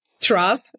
trap